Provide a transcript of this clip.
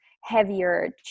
heavier